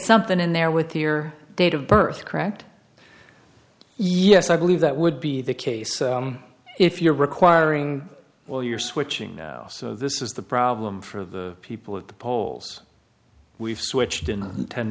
something in there with your date of birth correct yes i believe that would be the case if you're requiring while you're switching so this is the problem for the people at the polls we've switched in ten